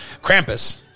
Krampus